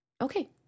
Okay